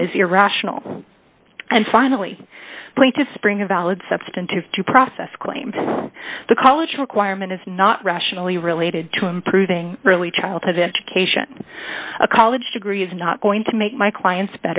is irrational and finally point to spring a valid substantive due process claim the college requirement is not rationally related to improving early childhood education a college degree is not going to make my clients